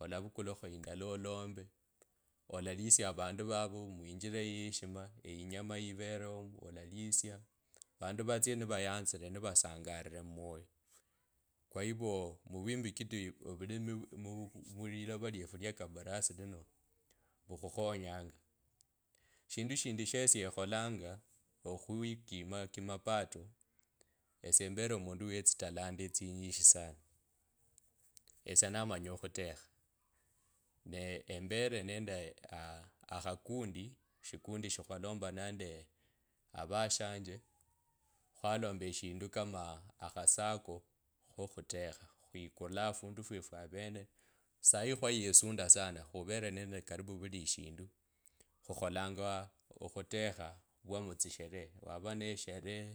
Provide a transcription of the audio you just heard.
olavukulakho indala olombe, olalisya avandu vavo muinjira ya eshima inyama yiveleo vandu vatsiye nivayanzile nivasangarire mwoyo kwa hivyo muvwimbikiti vulimii mu elilova lwefu lya kabarasi lilo vukhukhonyanga shindu shindi shesye ekholanga okhwikima kimapato esie embele omundu we tsitalanda tsinyishi sana. Esie namanya okhutekha ne embele nende avashange khokhutekha khukula ofundu fwefu avene sayi khweyesunda sana khuvele nende karibu vuli eshindu khukholanga okhutekha vwa mutsisheree wava ne sheree.